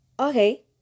Okay